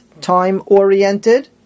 time-oriented